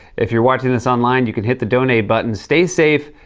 if you're watching this online, you can hit the donate button. stay safe.